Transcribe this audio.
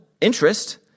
interest